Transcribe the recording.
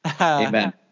Amen